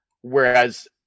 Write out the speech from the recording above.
Whereas